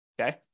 okay